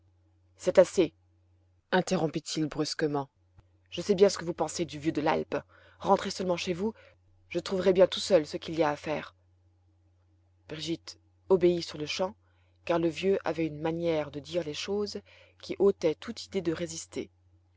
c'est assez interrompit-il brusquement je sais bien ce que vous pensez du vieux de l'alpe rentrez seulement chez vous je trouverai bien tout seul ce qu'il y a à faire brigitte obéit sur-le-champ car le vieux avait une manière de dire les choses qui ôtait toute idée de résister